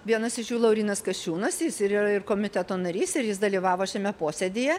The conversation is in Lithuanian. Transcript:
vienas iš jų laurynas kasčiūnas jis yra ir komiteto narys ir jis dalyvavo šiame posėdyje